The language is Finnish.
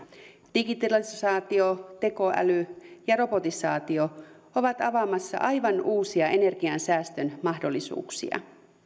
digitalisaatio tekoäly ja robotisaatio ovat avaamassa aivan uusia energiansäästön mahdollisuuksia